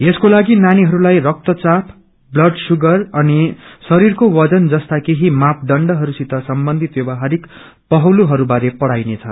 यसको लागि नानीहरूलाई रक्तचाप ब्लड सुगर अनि शरीरको वनज जस्ता केही मापदण्डहरूसित सम्बन्धित व्यवहारिक पहलहरू बारे पढ़ाइनेछ